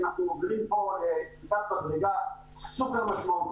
שאנחנו מובילים פה לקפיצת מדרגה סופר-משמעותית,